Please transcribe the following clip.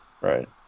Right